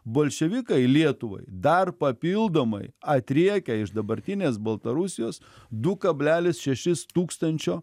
bolševikai lietuvai dar papildomai atriekia iš dabartinės baltarusijos du kablelis šešis tūkstančio